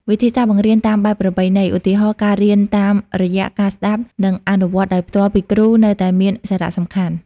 វិធីសាស្រ្តបង្រៀនតាមបែបប្រពៃណី ឧទាហរណ៍ ការរៀនតាមរយៈការស្តាប់ និងអនុវត្តដោយផ្ទាល់ពីគ្រូ នៅតែមានសារៈសំខាន់។